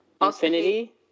Infinity